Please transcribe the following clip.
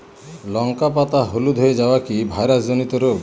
লঙ্কা পাতা হলুদ হয়ে যাওয়া কি ভাইরাস জনিত রোগ?